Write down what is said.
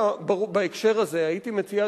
בהקשר הזה הייתי מציע,